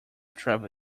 travel